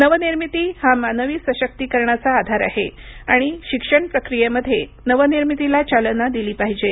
नवनिर्मिती हा मानवी सशक्तीकरणाचा आधार आहे आणि शिक्षण प्रक्रियेमध्ये नवनिर्मितीला चालना दिली पाहिजे